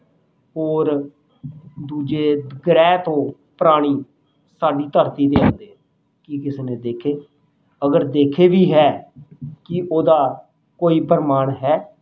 ਹੋਰ ਦੂਜੇ ਗ੍ਰਹਿ ਤੋਂ ਪ੍ਰਾਣੀ ਸਾਡੀ ਧਰਤੀ 'ਤੇ ਆਉਂਦੇ ਹੈ ਕੀ ਕਿਸੇ ਨੇ ਦੇਖੇ ਅਗਰ ਦੇਖੇ ਵੀ ਹੈ ਕੀ ਉਹਦਾ ਕੋਈ ਪ੍ਰਮਾਣ ਹੈ